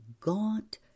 gaunt